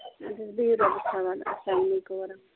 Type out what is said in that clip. اَدٕ حظ بِہِو رۄَس حَوالہٕ اَسلام علیکُم وَرحمَتُلہ